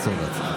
אסור להציג.